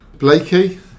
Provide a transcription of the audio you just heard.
Blakey